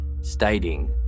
stating